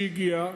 שהגיע,